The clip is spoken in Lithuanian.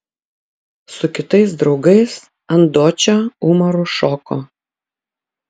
su kitais draugais ant dočio umaru šoko